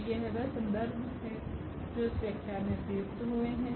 तो यह वह सन्दर्भ है जो इस व्याख्यान में प्रयुक्त हुए है